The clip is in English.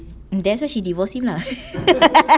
that's why she divorce him lah